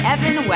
Evan